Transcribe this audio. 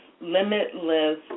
limitless